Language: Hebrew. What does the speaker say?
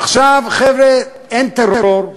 עכשיו, חבר'ה, אין טרור,